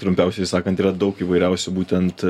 trumpiausiai sakant yra daug įvairiausių būtent